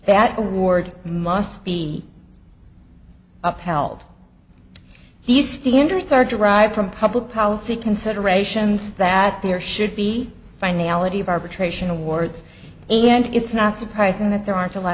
that award must be upheld the standards are derived from public policy considerations that be or should be finality of arbitration awards and it's not surprising that there aren't a lot